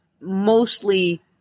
mostly